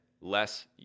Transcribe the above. less